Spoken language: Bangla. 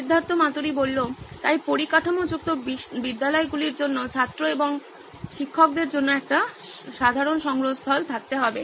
সিদ্ধার্থ মাতুরি তাই পরিকাঠামোযুক্ত বিদ্যালয়গুলির জন্য ছাত্র এবং শিক্ষকদের জন্য একটি সাধারণ সংগ্রহস্থল থাকতে হবে